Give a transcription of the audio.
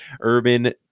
urban